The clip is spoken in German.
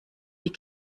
die